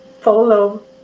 follow